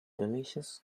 delicious